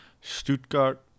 Stuttgart